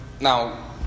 now